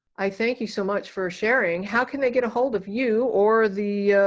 i thank you so much for sharing. how can they get ahold of you or the